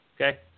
Okay